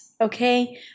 Okay